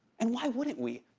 and why wouldn't we?